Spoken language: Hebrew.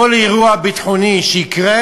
כל אירוע ביטחוני שיקרה,